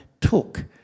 took